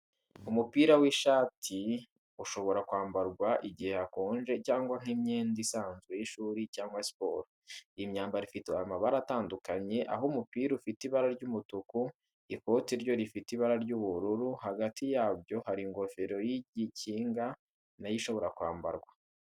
Umupira w’ishati ushobora kwambarwa igihe hakonje cyangwa nk’imyenda isanzwe y’ishuri cyangwa siporo. Iyi myambaro ifite amabara atandukanye, aho umupira ufite ibara ry'umutuku, ikote ryo rifite ibara ry'ubururu. Hagati yabyo hari ingofero y'igikinga na yo ishobora kwambarwa.